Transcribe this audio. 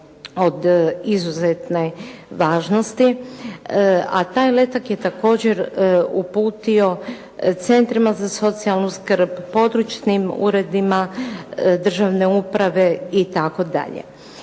od izuzetne važnosti, a taj letak je također uputio centrima za socijalnu skrb, područnim uredima državne uprave itd.